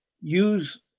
use